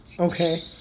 Okay